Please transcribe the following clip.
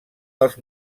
dels